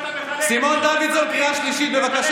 לא היית,